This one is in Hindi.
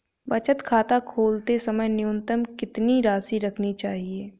बचत खाता खोलते समय न्यूनतम कितनी राशि रखनी चाहिए?